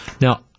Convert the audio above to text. Now